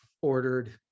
ordered